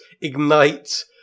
ignite